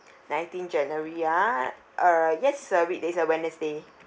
nineteen january ah err yes it's a week it's a wednesday